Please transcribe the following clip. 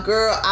Girl